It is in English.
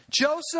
Joseph